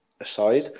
Aside